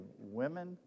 women